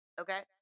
okay